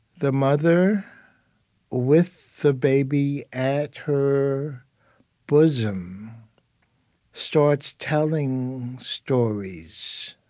the mother with the baby at her bosom starts telling stories